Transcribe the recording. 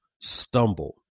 stumble